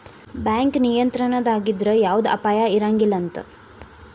bank ನಿಯಂತ್ರಣದಾಗಿದ್ರ ಯವ್ದ ಅಪಾಯಾ ಇರಂಗಿಲಂತ್